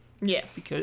Yes